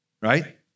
Right